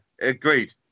agreed